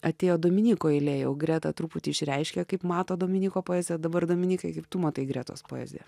atėjo dominyko eilė jau greta truputį išreiškia kaip mato dominyko poezija dabar dominykai kaip tu matai gretos poeziją